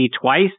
twice